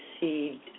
see